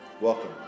Welcome